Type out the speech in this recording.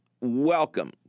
welcome